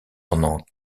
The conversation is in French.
pendant